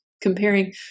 comparing